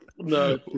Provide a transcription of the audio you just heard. No